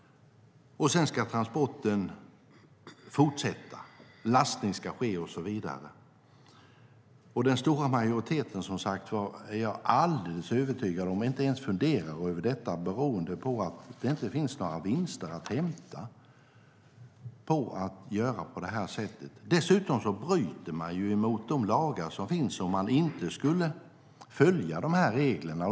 Sedan ska transporten fortsätta, lastning ske och så vidare. Jag är alldeles övertygad om att den stora majoriteten inte ens funderar på detta beroende på att det inte finns några vinster att hämta om man gör på det sättet. Dessutom bryter man mot de lagar som finns om man inte följer reglerna.